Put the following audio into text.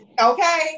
Okay